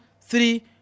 Three